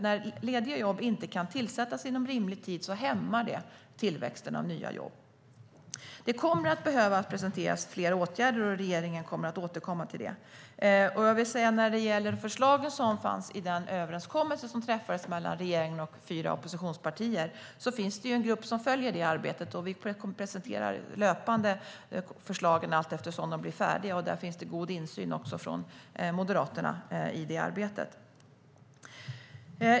När lediga jobb inte kan tillsättas inom rimlig tid hämmar det tillväxten av nya jobb. Det kommer att behöva presenteras fler åtgärder, och regeringen återkommer till det. När det gäller förslagen som fanns i den överenskommelse som träffades mellan regeringen och fyra oppositionspartier finns det en grupp som följer det arbetet. Vi presenterar förslagen löpande, allteftersom de blir färdiga. Det finns god insyn också för Moderaterna i det arbetet.